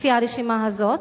לפי הרשימה הזאת,